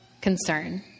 concern